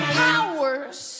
powers